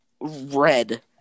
red